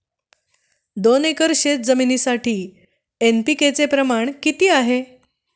दोन एकर शेतजमिनीसाठी एन.पी.के चे प्रमाण किती आहे?